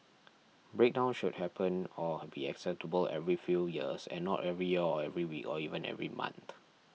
breakdowns should happen or be acceptable every few years and not every year or every week or even every month